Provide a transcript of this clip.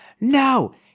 no